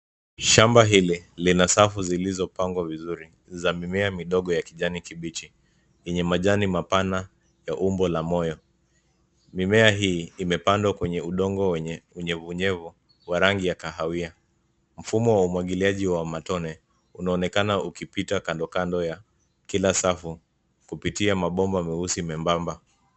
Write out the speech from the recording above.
Shamba hili, lina safu zilizopangwa vizuri, za mimea midogo ya kijani kibichi, yenye majani mapana ya umbo la moyo. Mimea hii, imepandwa kwenye udongo wenye unyevunyevu, wa rangi ya kahawia. Mfumo wa umwagiliaji wa matone, unaonekana ukipita kandokando ya kila safu, kupitia mabomba meusi membamba.